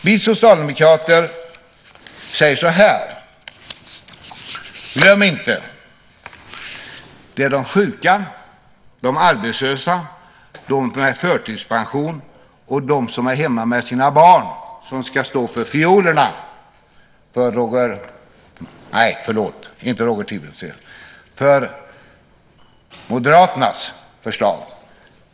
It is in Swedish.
Vi socialdemokrater säger så här: Glöm inte att det är de sjuka, arbetslösa, förtidspensionerade och de som är hemma med sina barn som ska stå för fiolerna för Roger Tiefensees, nej, inte Roger Tiefensee, för Moderaternas förslag.